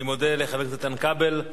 אני מודה לחבר הכנסת איתן כבל.